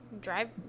drive